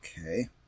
Okay